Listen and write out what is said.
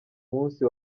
musi